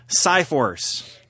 Cyforce